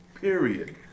period